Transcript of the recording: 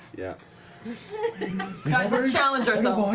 yeah marisha guys, let's challenge ourselves.